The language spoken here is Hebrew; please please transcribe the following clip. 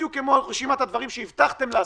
בדיוק כמו רשימת הדברים שהבטחתם לעסקים,